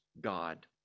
God